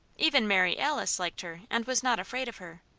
even mary alice liked her, and was not afraid of her.